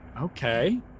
Okay